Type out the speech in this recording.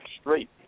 straight